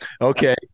Okay